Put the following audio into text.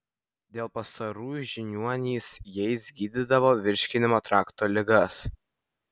dėl pastarųjų žiniuonys jais gydydavo virškinimo trakto ligas